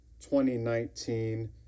2019